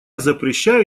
запрещаю